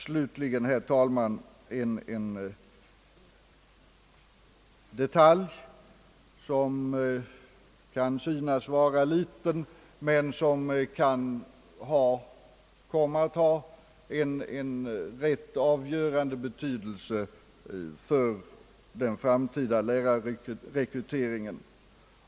Vidare, herr talman, ett ord om en detalj, som kan synas vara liten men som kan komma att ha en rätt avgörande betydelse för den framtida lärarrekryteringen.